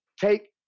Take